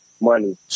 money